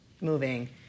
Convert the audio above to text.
moving